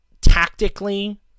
Tactically